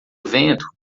vento